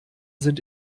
sind